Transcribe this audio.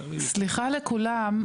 אני מבקשת סליחה מכולם,